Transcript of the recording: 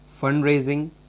fundraising